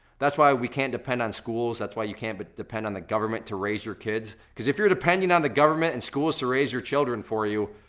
that's why we can't depend on schools, that's why you can't but depend on the government to raise your kids. cause if you're depending on the government and schools to raise your children for you,